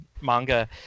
manga